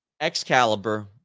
Excalibur